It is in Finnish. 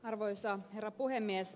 arvoisa herra puhemies